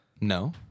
No